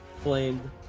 flamed